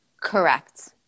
Correct